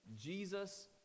Jesus